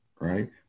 right